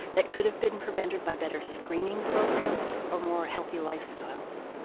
that could have been prevented by better screening programs or more healthy lifestyles.